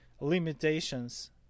limitations